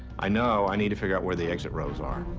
i know i need to figure out where the exit rows are.